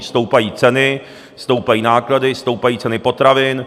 Stoupají ceny, stoupají náklady, stoupají ceny potravin.